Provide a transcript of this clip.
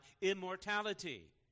immortality